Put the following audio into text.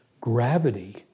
gravity